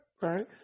right